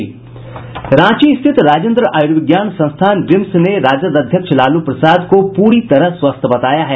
रांची स्थित राजेन्द्र आयुर्विज्ञान संस्थान रिम्स ने राजद अध्यक्ष लालू प्रसाद को पूरी तरह स्वस्थ बताया है